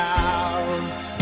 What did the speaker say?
house